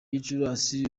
gicurasi